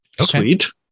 Sweet